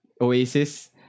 Oasis